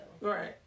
Right